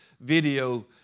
video